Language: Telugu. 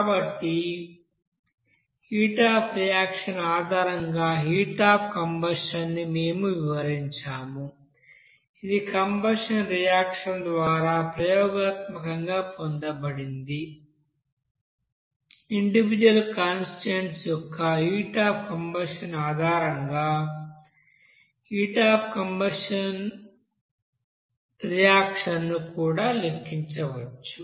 కాబట్టి హీట్ అఫ్ రియాక్షన్ ఆధారంగా హీట్ అఫ్ కంబషన్ ని మేము వివరించాము ఇది కంబషన్ రియాక్షన్ ద్వారా ప్రయోగాత్మకంగా పొందబడుతుంది ఇండివిజుల్ కాన్స్టిట్యూయెంట్స్ యొక్క హీట్ అఫ్ కంబషన్ ఆధారంగా హీట్ అఫ్ కంబషన్ రియాక్షన్ ను కూడా లెక్కించవచ్చు